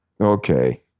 Okay